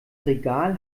regal